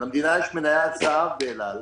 למדינה יש מניית זהב באל-אל.